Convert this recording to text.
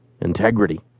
integrity